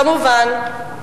כמובן,